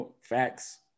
Facts